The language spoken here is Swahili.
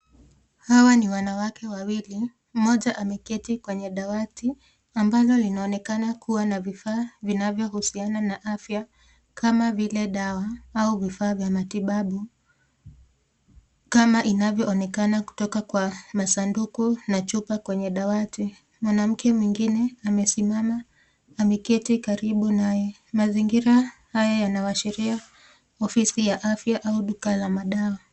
Hawa ni wanawake wawili mmoja ameketi kwenye dawati ambalo linaonekana kuwa na vifaa vinavyousiana na afya kama vile dawa ama vifaa vya matibabu kama inavyoonekana kutokana kwa masanduku na chupa kwenye dawati. Mwanamke mwingine amesimama ameketi karibu na mazingira haya yanaashiria ofisi ya afya ama duka la dawa.